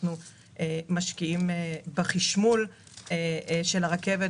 אנחנו משקיעים בחשמול של הרכבת,